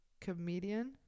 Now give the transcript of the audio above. comedian